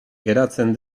geratzen